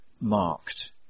marked